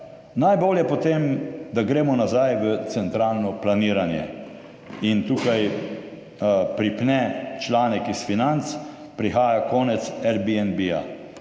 Najbolje potem, da gremo nazaj v centralno planiranje?« In tukaj pripne članek iz Financ Prihaja konec Airbnbja.